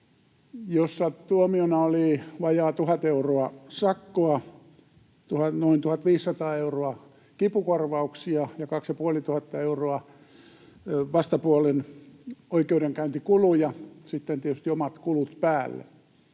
jossa tuomiona oli vajaa tuhat euroa sakkoa, noin 1 500 euroa kipukorvauksia ja kaksi‑ ja puolituhatta euroa vastapuolen oikeudenkäyntikuluja, sitten tietysti omat kulut päälle.